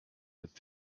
had